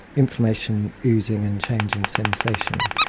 inflammation, oozing and changing sensation.